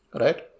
right